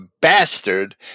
bastard